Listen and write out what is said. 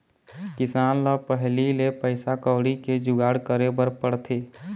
किसान ल पहिली ले पइसा कउड़ी के जुगाड़ करे बर पड़थे